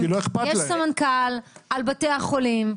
יש סמנכ"ל על בתי חולים,